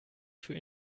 für